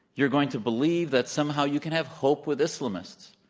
you're going to believe that somehow you can have hope with islamists.